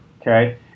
okay